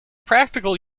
practical